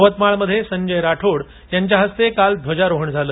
यवतमाळमध्ये संजय राठोड यांच्या हस्ते काल ध्वजारोहण झालं